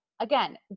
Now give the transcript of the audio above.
again